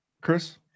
Chris